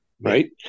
Right